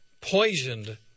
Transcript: poisoned